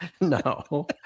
No